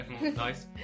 Nice